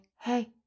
hey